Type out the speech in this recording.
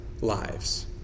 lives